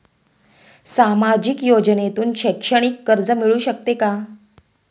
सामाजिक योजनेतून शैक्षणिक कर्ज मिळू शकते का?